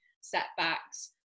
setbacks